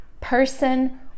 person